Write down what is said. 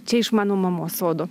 čia iš mano mamos sodo